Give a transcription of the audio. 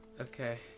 Okay